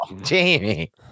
Jamie